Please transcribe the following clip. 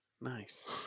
Nice